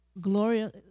Gloria